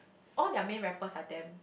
all their main rappers are damn